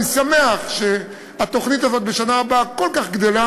אני שמח שהתוכנית הזאת בשנה הבאה כל כך תגדל.